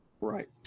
Right